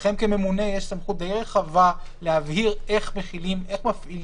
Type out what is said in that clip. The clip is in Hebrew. אנחנו נמצאים בתיקון סעיף 4. אני אקרא את התיקון